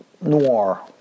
noir